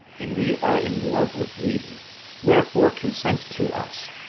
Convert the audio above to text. and we are in love with thee wherefore consent to us,